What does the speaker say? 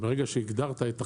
ברגע שהגדרת את החזון,